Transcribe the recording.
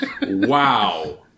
Wow